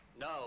No